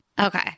Okay